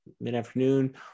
mid-afternoon